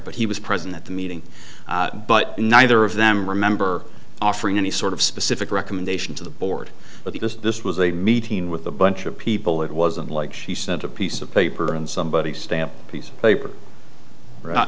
but he was present at the meeting but neither of them remember offering any sort of specific recommendation to the board but because this was a meeting with a bunch of people it wasn't like she sent a piece of paper and somebody stamped piece of paper